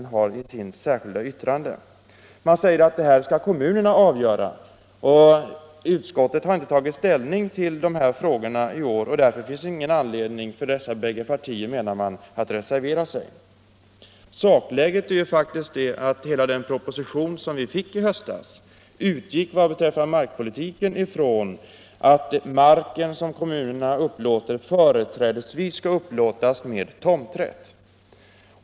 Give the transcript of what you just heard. Det framgår av den skrivning som folkpartiet och centerpartiet har i sitt särskilda yttrande. Utskottet har inte tagit ställning till dessa frågor i år, och därför finns det ingen anledning för dessa båda partier, menar man, att reservera sig. Sakläget är faktiskt att hela den proposition som vi fick i höstas utgick vad beträffar markpolitiken ifrån att marken som kommunerna upplåter företrädesvis skall upplåtas med tomträtt.